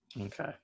Okay